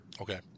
Okay